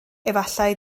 efallai